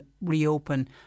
reopen